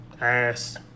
Ass